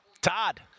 Todd